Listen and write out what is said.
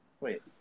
wait